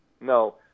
No